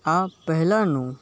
આ પહેલાનું